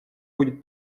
будет